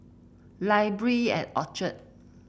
library at Orchard